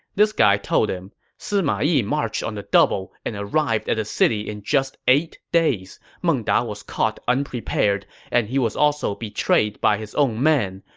this guy told him, sima yi marched on the double and arrived at the city in just eight days. meng da was caught unprepared, and he was also betrayed by his own men.